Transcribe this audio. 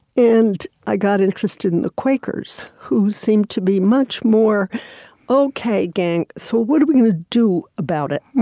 and i got interested in the quakers, who seemed to be much more ok, gang, so what are we gonna do about it?